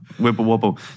Wibble-wobble